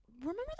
Remember